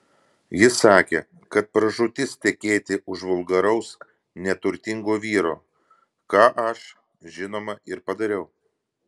ji sakė kad pražūtis tekėti už vulgaraus neturtingo vyro ką aš žinoma ir padariau